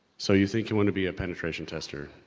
so you think you wanna be a penetration tester.